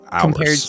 compared